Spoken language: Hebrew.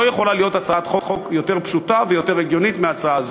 שלא יכולה להיות הצעת חוק יותר פשוטה ויותר הגיונית מההצעה הזאת.